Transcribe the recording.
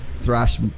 thrash